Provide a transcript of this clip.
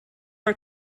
are